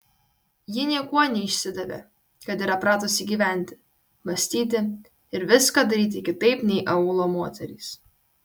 ji niekuo neišsidavė kad yra pratusi gyventi mąstyti ir viską daryti kitaip nei aūlo moterys